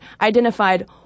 identified